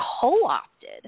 co-opted